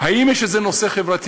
האם יש איזה נושא חברתי,